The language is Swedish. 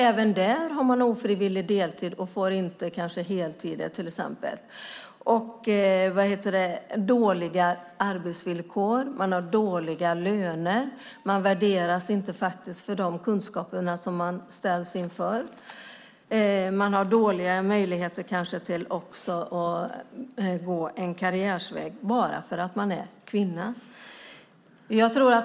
Även där har man ofrivillig deltid och får kanske inte heltid. Man har dåliga arbetsvillkor och dåliga löner, man värderas inte för de kunskaper som man ställs inför att ha, man har dåliga möjligheter till karriärvägar bara för att man är kvinna.